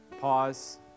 pause